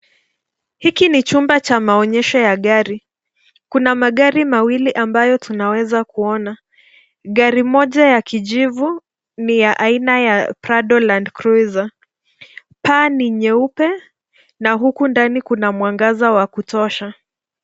Hiki ni chumba cha maonyesho ya gari. Kuna magari mawili ambayo tunaweza kuona. Gari moja ya kijivu , ni ya aina ya Prado Landcruiser. Paa ni nyeupe na huku ndani kuna mwangaza wa kutosha.